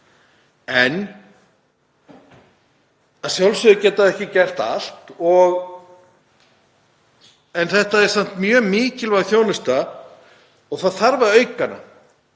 Að sjálfsögðu geta þau ekki gert allt en þetta er samt mjög mikilvæg þjónusta og það þarf að auka